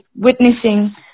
witnessing